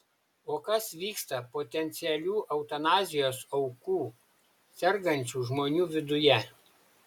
o kas vyksta potencialių eutanazijos aukų sergančių žmonių viduje